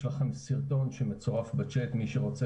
יש לכם סרטון שמצורף בצ'ט ומי שרוצה,